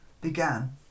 began